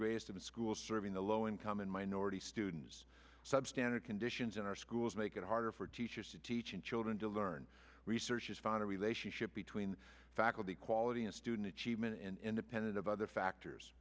in schools serving the low income and minority students substandard conditions in our schools make it harder for teachers to teach and children to learn research has found a relationship between faculty quality and student achievement and independent of other factors